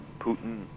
Putin